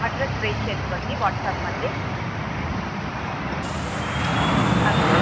address प्रेषयतु भगिनि WhatsApp मध्ये अस्तु